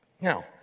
Now